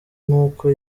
n’uko